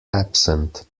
absent